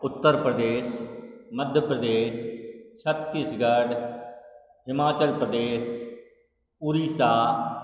Uttar Pradesh Madhya Pradesh Chhattisgarh Himachal Pradesh Orissa